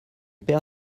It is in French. père